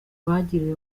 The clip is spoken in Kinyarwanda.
bagiriwe